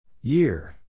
Year